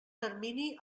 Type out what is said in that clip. termini